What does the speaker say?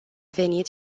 venit